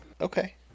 okay